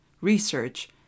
research